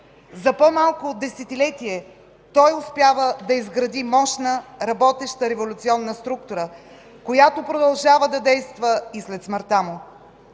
За по-малко от десетилетие той успява да изгради мощна, работеща революционна структура, която продължава да действа и след смъртта му.